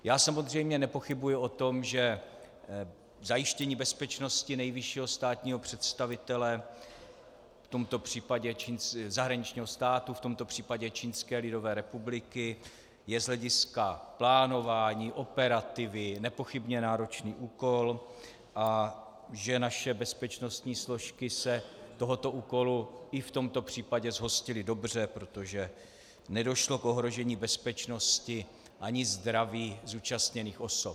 Já samozřejmě nepochybuji o tom, že zajištění bezpečnosti nejvyššího státního představitele zahraničního státu, v tomto případě Čínské lidové republiky, je z hlediska plánování operativy nepochybně náročný úkol a že naše bezpečnostní složky se tohoto úkolu i v tomto případě zhostily dobře, protože nedošlo k ohrožení bezpečnosti ani zdraví zúčastněných osob.